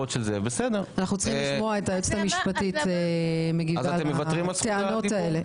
אנחנו צריכים לשמוע את היועצת המשפטית מגיבה על הטענות האלה.